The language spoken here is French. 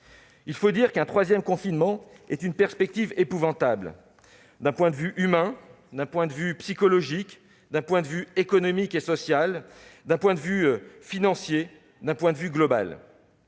au lien social. Un troisième confinement est une perspective épouvantable d'un point de vue humain, d'un point de vue psychologique, d'un point de vue économique et social, d'un point de vue financier, d'un point de vue global